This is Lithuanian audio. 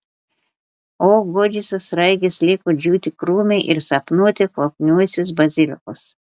o godžiosios sraigės liko džiūti krūme ir sapnuoti kvapniuosius bazilikus